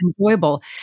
enjoyable